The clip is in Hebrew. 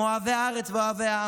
אוהבי הארץ ואוהבי העם,